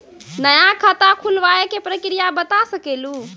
नया खाता खुलवाए के प्रक्रिया बता सके लू?